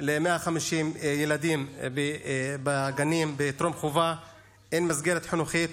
ל-150 ילדים בגנים בטרום-חובה אין מסגרת חינוכית.